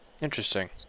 Interesting